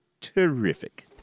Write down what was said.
terrific